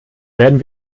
werden